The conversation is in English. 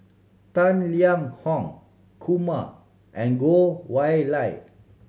Tang Liang Hong Kumar and Goh Y Lye